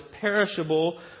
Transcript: perishable